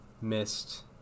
missed